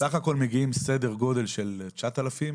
סך הכול מגיעים סדר גודל של 9,000,